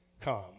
come